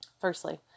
Firstly